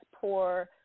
poor